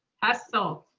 hessle.